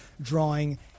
drawing